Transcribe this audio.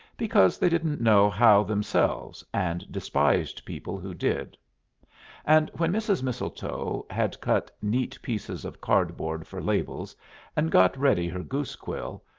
because they didn't know how themselves, and despised people who did and when mrs. mistletoe had cut neat pieces of card-board for labels and got ready her goose-quill,